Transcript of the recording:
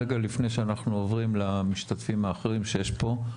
רגע לפני שאנחנו עוברים למשתתפים האחרים שיש פה,